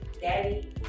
daddy